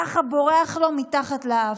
ככה בורח לו מתחת לאף.